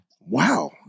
Wow